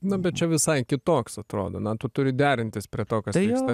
nu bet čia visai kitoks atrodo na tu turi derintis prie to kas vyksta